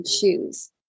Shoes